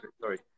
Sorry